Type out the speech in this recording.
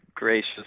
gracious